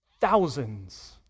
thousands